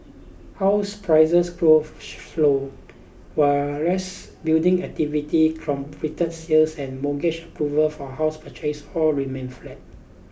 house prices growth slowed while rest building activity completed sales and mortgage approvals for house purchase all remained flat